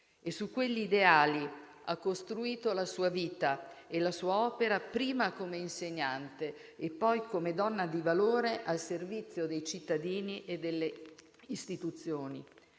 Su quegli ideali ha costruito la sua vita e la sua opera prima come insegnante e poi come donna di valore al servizio dei cittadini e delle istituzioni.